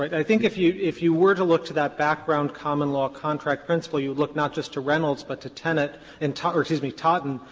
i think if you if you were to look to that background common law contract principle, you would look not just to reynolds, but to tenet and or excuse me, totten,